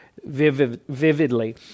vividly